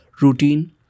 routine